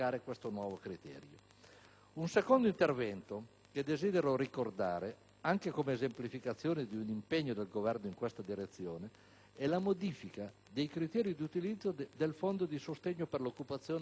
Un secondo intervento che desidero ricordare, anche come esemplificazione di un impegno del Governo in questa direzione, è la modifica ai criteri di utilizzo del Fondo di sostegno per l'occupazione e l'imprenditoria giovanile